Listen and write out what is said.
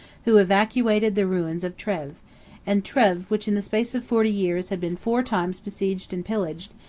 who evacuated the ruins of treves and treves, which in the space of forty years had been four times besieged and pillaged,